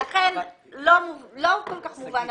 לכן לא כל כך מובן הוויכוח.